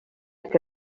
que